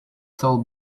tall